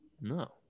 no